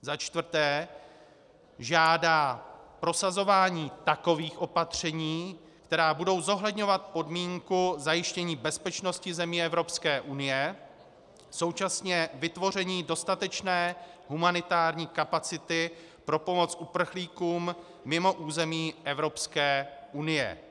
IV. žádá prosazování takových opatření, která budou zohledňovat podmínku zajištění bezpečnosti zemí Evropské unie, současně vytvoření dostatečné humanitární kapacity pro pomoc uprchlíkům mimo území Evropské unie,